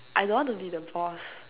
I don't want to be the boss